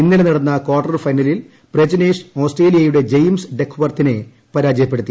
ഇന്നലെ നടന്ന കാർട്ടർ ഫൈനലിൽ പ്രജ്നേഷ് ആസ്ട്രേലിയയുടെ ജെയിംസ് ഡക്ക്വർത്തിനെപരാജയ പ്പെടുത്തി